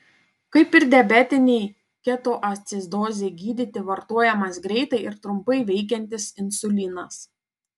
kaip ir diabetinei ketoacidozei gydyti vartojamas greitai ir trumpai veikiantis insulinas